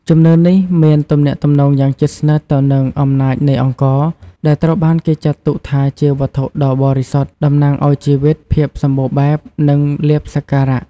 ជំនឿនេះមានទំនាក់ទំនងយ៉ាងជិតស្និទ្ធទៅនឹងអំណាចនៃអង្ករ ដែលត្រូវបានគេចាត់ទុកថាជាវត្ថុដ៏បរិសុទ្ធ តំណាងឱ្យជីវិត ភាពសម្បូរបែប និងលាភសក្ការៈ។